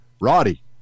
roddy